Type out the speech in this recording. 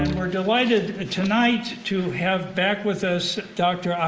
we're delighted tonight to have back with us dr.